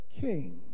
king